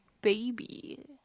baby